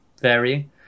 varying